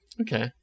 Okay